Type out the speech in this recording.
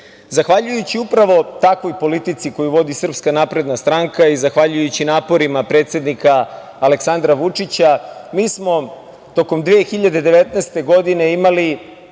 godine. Zahvaljujući upravo takvoj politici koju vodi SNS i zahvaljujući naporima predsednika Aleksandra Vučića, mi smo tokom 2019. godine imali